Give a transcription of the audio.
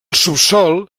subsòl